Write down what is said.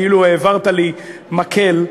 כאילו העברת לי מקל.